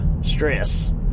stress